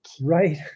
right